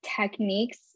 techniques